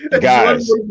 Guys